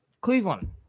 Cleveland